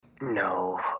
No